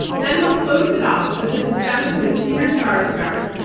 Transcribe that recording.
then we'll close it off with a discussion with peter sarsgaard,